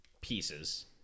pieces